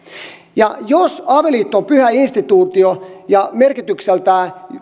ja jos avioliitto on pyhä instituutio ja merkitykseltään